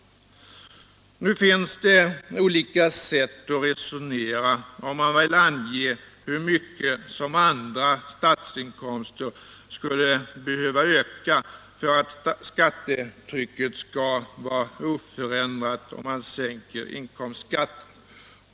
Nu finns det olika sätt att resonera, ifall man vill ange hur mycket andra statsinkomster skulle behöva öka för att skattetrycket skall vara oförändrat om man sänker inkomstskatten.